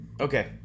Okay